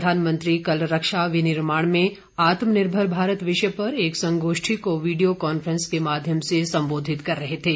प्रधानमंत्री कल रक्षा विनिर्माण में आत्मनिर्भर भारत विषय पर एक संगोष्ठी को वीडियो कॉन्फ्रेंस के माध्यम से संबोधित कर रहे थे